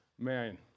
man